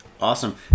Awesome